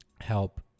help